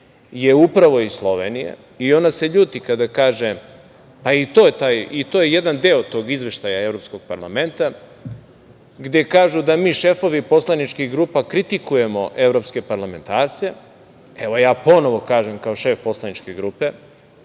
je upravo iz Slovenije i ona se ljuti kada kažem, a i to je jedan deo tog Izveštaja Evropskog parlamenta gde kažu da mi šefovi poslaničkih grupa kritikujemo evropske parlamentarce. Evo, ja ponovo kažem, kao šef poslaničke grupe,